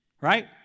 Right